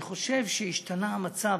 אני חושב שהשתנה המצב.